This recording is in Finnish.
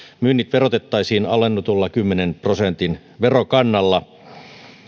myynnit verotettaisiin alennetulla kymmenen prosentin verokannalla